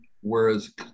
whereas